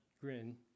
grin